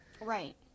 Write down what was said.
Right